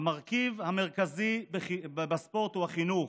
המרכיב המרכזי בספורט הוא החינוך.